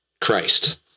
Christ